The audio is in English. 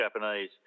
Japanese